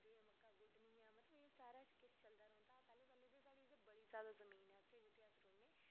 ते मक्कां गुड्डनियां ते एह् सारा किश चलदा रौहंदा हा पैह्लें पैह्लें ते बड़ी जादा जमीन ऐ ते फ्ही बी